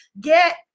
get